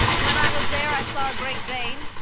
when i was there, i saw a great dane.